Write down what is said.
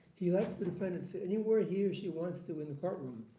he lets the defendant sit anywhere he or she wants to in the courtroom,